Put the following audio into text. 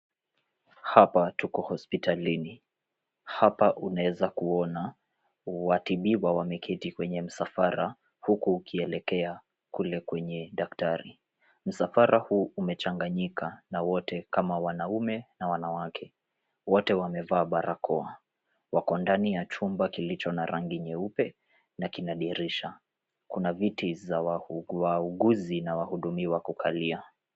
Hapa tuko hospitalini hapa unaeza kuona watibiwa wameketi kwenye misafara huku ukielekea kwenye daktari. Misafara umechanganyika na wote wanaume na wanawake. Wote wamevaa baraka. Wako ndani ya chumba kilicho na rangi nyeupe